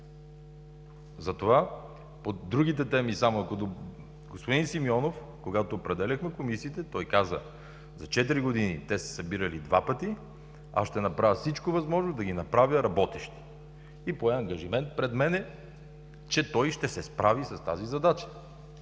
постове. По другите теми, ако позволите. Господин Симеонов, когато определяхме комисиите, той каза: „за четири години те са се събирали два пъти, аз ще направя всичко възможно да ги направя работещи”. И пое ангажимент пред мен, че той ще се справи с тази задача.